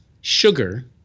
sugar